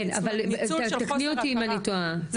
ניצול של חוסר הכרה,